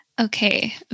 okay